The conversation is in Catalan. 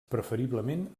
preferiblement